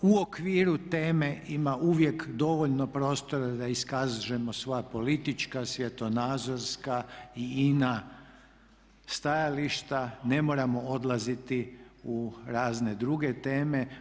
U okviru teme ima uvijek dovoljno prostora da iskažemo svoja politička, svjetonazorska i ina stajališta, ne moramo odlaziti u razne druge teme.